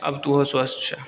अब तऽ ओहो स्वस्थ छै